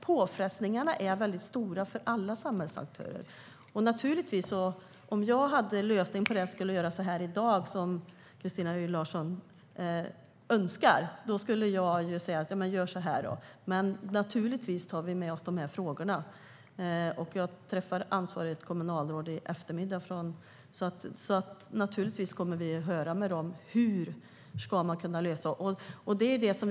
Påfrestningarna är väldigt stora för alla samhällsaktörer. Om jag hade en lösning på detta skulle jag i dag göra så som Christina Höj Larsen önskar. Då skulle jag säga: Gör så här! Men vi tar naturligtvis med oss de här frågorna. Jag träffar ansvarigt kommunalråd i eftermiddag. Naturligtvis kommer vi att fråga: Hur ska man kunna lösa detta?